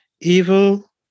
evil